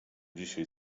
dzisiaj